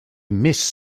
miss